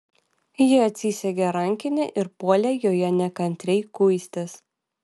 ji atsisegė rankinę ir puolė joje nekantriai kuistis